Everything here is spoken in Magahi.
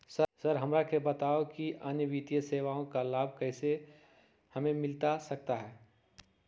सर हमरा के बताओ कि अन्य वित्तीय सेवाओं का लाभ कैसे हमें मिलता सकता है?